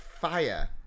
fire